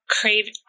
craving